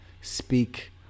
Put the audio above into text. speak